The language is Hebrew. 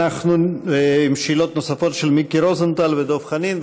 אנחנו עם שאלות נוספות של מיקי רוזנטל ודב חנין.